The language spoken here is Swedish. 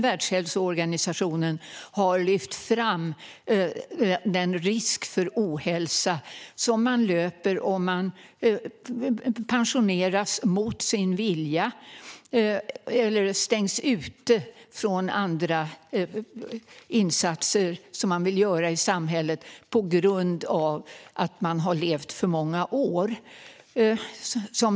Världshälsoorganisationen har lyft fram den risk för ohälsa som man löper om man pensioneras mot sin vilja eller stängs ute från andra insatser som man vill göra i samhället på grund av att man har levt för många år.